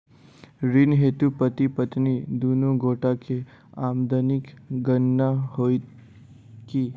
ऋण हेतु पति पत्नी दुनू गोटा केँ आमदनीक गणना होइत की?